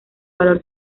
valor